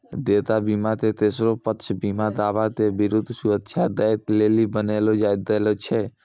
देयता बीमा के तेसरो पक्ष बीमा दावा के विरुद्ध सुरक्षा दै लेली बनैलो गेलौ छै